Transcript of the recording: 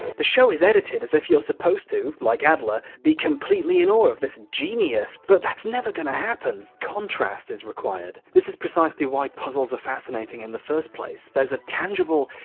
the show is edited as if you re supposed to, like adler, be completely in awe of this genius but that's never going to happen contrast is required. this is precisely why puzzles are fascinating in the first place. there's a tangible,